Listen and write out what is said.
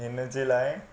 हिनजे लाइ